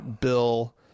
bill